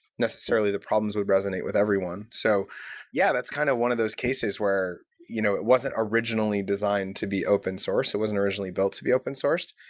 necessarily, the problems would resonate with everyone. so yeah that's kind of one of those cases where you know it wasn't originally designed to be open-source. it wasn't originally built to be open-sourced,